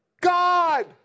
God